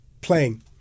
playing